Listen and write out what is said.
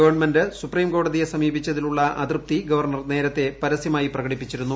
government supreme കോടതിയെ സമീപിച്ചതിലുള്ള അതൃപ്തി ഗവർണർ നേരത്തെ പരസ്യമായി പ്രകടിപ്പിച്ചിരുന്നു